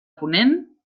ponent